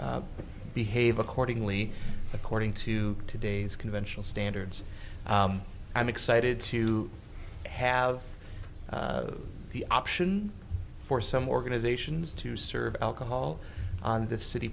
behave accordingly according to today's conventional standards i'm excited to have the option for some organizations to serve alcohol on the city